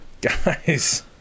guys